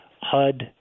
HUD